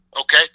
Okay